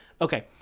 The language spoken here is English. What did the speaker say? Okay